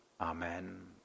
Amen